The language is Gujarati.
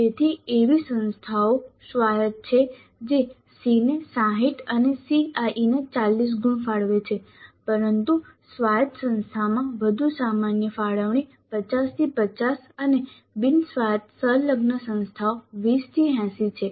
તેથી એવી સંસ્થાઓ સ્વાયત્ત છે જે SEE ને 60 અને CIE ને 40 ગુણ ફાળવે છે પરંતુ સ્વાયત્ત સંસ્થામાં વધુ સામાન્ય ફાળવણી 5050 અને બિન સ્વાયત્ત સંલગ્ન સંસ્થાઓ 2080 છે